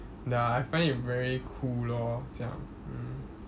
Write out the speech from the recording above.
ya I find it very cool lor 这样 mm